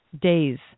days